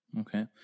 Okay